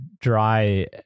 dry